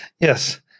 Yes